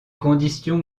conditions